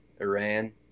Iran